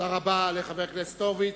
תודה רבה לחבר הכנסת הורוביץ.